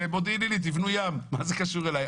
שמודיעין עילית יבנו ים, מה זה קשור אלי?